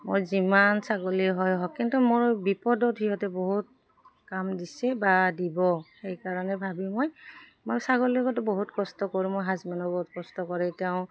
মোৰ যিমান ছাগলী হয় হওক কিন্তু মোৰ বিপদত সিহঁতে বহুত কাম দিছে বা দিব সেইকাৰণে ভাবি মই মই ছাগলীৰ লগত বহুত কষ্ট কৰোঁ মোৰ হাজবেণ্ডো বহুত কষ্ট কৰে তেওঁ